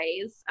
ways